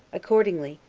accordingly,